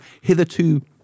hitherto